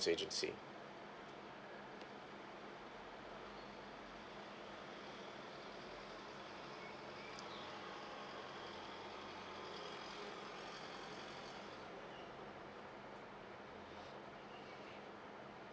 agency